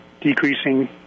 decreasing